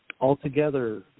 altogether